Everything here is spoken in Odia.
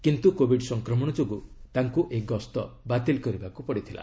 କିନ୍ତୁ କୋବିଡ ସଂକ୍ରମଣ ଯୋଗୁଁ ତାଙ୍କୁ ଏହି ଗସ୍ତ ବାତିଲ କରିବାକୁ ପଡ଼ିଥିଲା